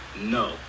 no